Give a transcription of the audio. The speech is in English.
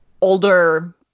older